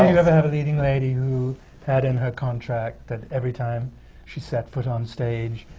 you ever have a leading lady who had in her contract that every time she set foot on stage,